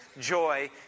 joy